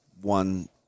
one